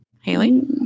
Haley